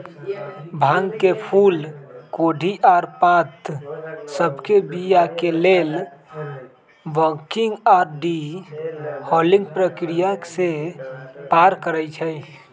भांग के फूल कोढ़ी आऽ पात सभके बीया के लेल बंकिंग आऽ डी हलिंग प्रक्रिया से पार करइ छै